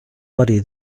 body